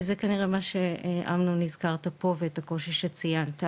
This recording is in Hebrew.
וזה כנראה שאמנון הזכרת פה ואת הקושי שציינת.